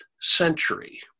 century—